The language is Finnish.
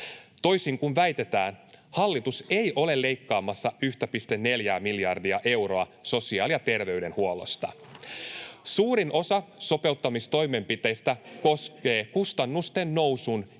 Toisin kuin väitetään, hallitus ei ole leikkaamassa 1,4 miljardia euroa sosiaali- ja terveydenhuollosta. [Vasemmalta: Ai jaa!] Suurin osa sopeuttamistoimenpiteistä koskee kustannusten nousun